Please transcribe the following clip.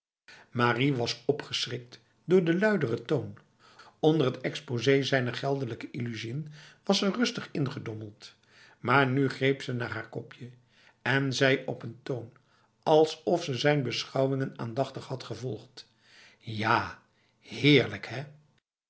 marie was opgeschrikt door de luidere toon onder het exposé zijner geldelijke illusiën was ze rustig ingedommeld maar nu greep ze naar haar kopje en zei op n toon alsof ze zijn beschouwingen aandachtig had gevolgd ja heerlijk hè